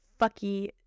fucky